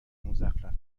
مزخرف